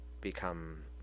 become